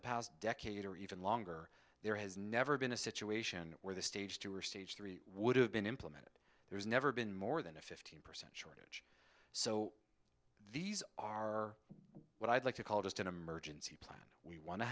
the past decade or even longer there has never been a situation where the stage two or stage three would have been implemented there's never been more than a fifty so these are what i'd like to call just an emergency plan we want to